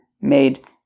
made